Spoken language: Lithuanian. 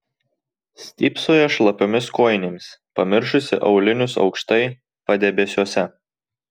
stypsojo šlapiomis kojinėmis pamiršusi aulinius aukštai padebesiuose